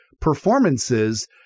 performances